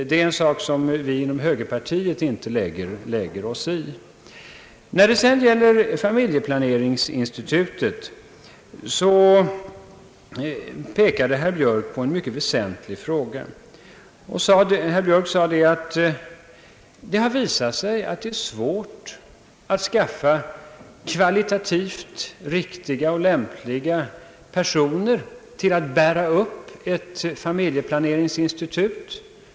Det är en sak som vi inom högerpartiet inte lägger oss i. När det sedan gäller familjeplaneringsinstitutet så tog herr Björk upp en mycket väsentlig fråga. Han sade att det har visat sig vara svårt att skaffa kvalitativt riktiga och lämpliga personer till att bära upp ett familjeplaneringsinstitut.